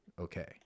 okay